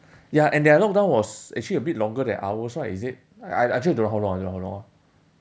ya and their lockdown was actually a bit longer than ours right is it I I actually don't know how long I don't know how long ah